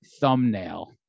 thumbnail